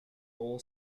full